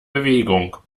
bewegung